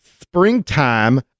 springtime